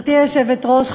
גברתי היושבת-ראש,